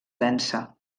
densa